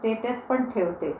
status पण ठेवते